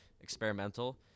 experimental